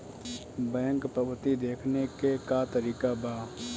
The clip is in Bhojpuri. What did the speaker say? बैंक पवती देखने के का तरीका बा?